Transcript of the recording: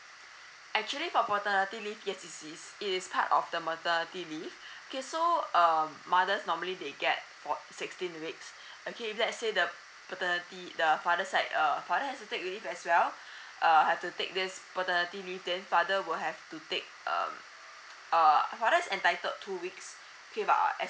actually for paternity leave yes it is it is part of the maternity leave okay so uh mothers normally they get for sixteen weeks okay let's say the paternity the father side uh father has to take leave as well uh have to take this paternity leave then father will have to take um err father is entitled two weeks okay but uh as